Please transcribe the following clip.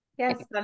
Yes